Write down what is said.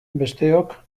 besteok